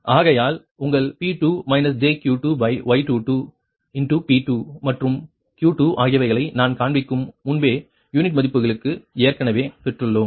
ஆகையால் உங்கள் P2 jQ2Y22 P2 மற்றும் Q2 ஆகியவைகளை நான் காண்பிக்கும் முன்பே யூனிட் மதிப்புகளுக்கு ஏற்கனவே பெற்றுள்ளோம்